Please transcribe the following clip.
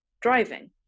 driving